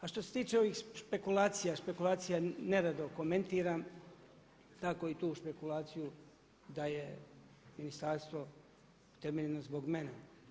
A što se tiče ovih špekulacija, špekulacije nerado komentiram, tako i tu špekulaciju da je ministarstvo utemeljio zbog mene.